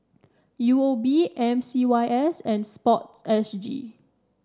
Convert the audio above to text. U O B M C Y S and sports S G